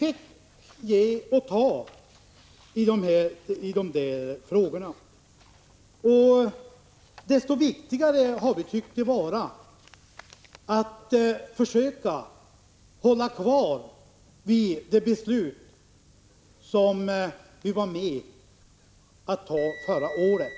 I det sammanhanget fick vi ge och ta. Desto viktigare har vi tyckt det vara att försöka hålla fast vid det beslut vi var med om att fatta förra året.